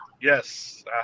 Yes